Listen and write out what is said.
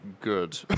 Good